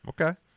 okay